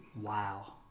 Wow